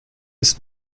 ist